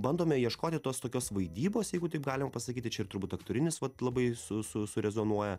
bandome ieškoti tos tokios vaidybos jeigu taip galima pasakyti čia ir turbūt aktorinis vat labai su su rezonuoja